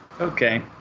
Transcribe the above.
okay